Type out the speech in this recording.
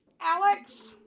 Alex